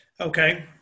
Okay